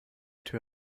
tür